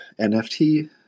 nft